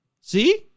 See